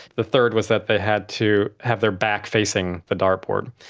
the third was that they had to have their back facing the dart board.